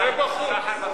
צא בחוץ.